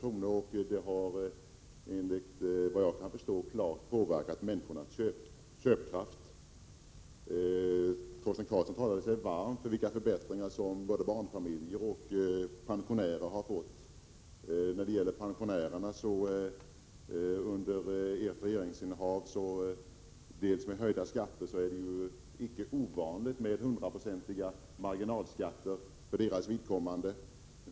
Enligt vad jag kan förstå har det klart påverkat människornas köpkraft. Torsten Karlsson talade sig varm för de förbättringar som barnfamiljer och pensionärer fått. Med de skattehöjningar som skett under ert regeringsinnehav är det inte ovanligt med hundraprocentiga marginalskatter för pensionärerna.